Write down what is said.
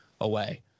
away